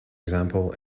example